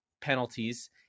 penalties